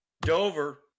Dover